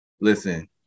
listen